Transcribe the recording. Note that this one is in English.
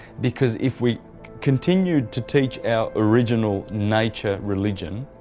because if we continued to teach our original nature religion